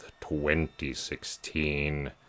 2016